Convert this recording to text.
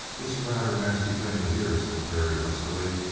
it's a rather nasty thing to hear, said terence huskily.